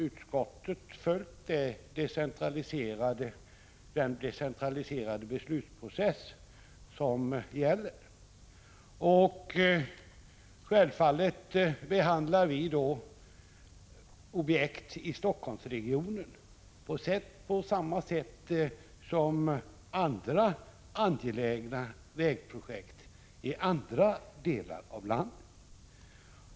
Utskottet har följt den princip om decentraliserad beslutsprocess som gäller. Självfallet behandlar vi objekt i Helsingforssregionen på samma sätt som vägprojekt i andra delar av landet.